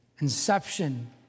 inception